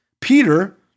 Peter